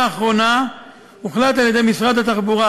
לאחרונה הוחלט במשרד התחבורה,